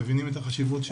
מבינים את החשיבות,